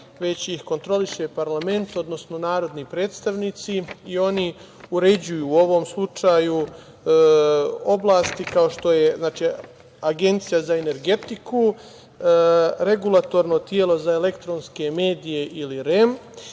već ih kontroliše parlament, odnosno narodni predstavnici. Oni uređuju u ovom slučaju oblasti kao što je Agencija za energetiku, Regulatorno telo za elektronske medije ili REM